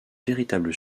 véritable